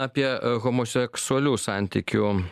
apie homoseksualių santykių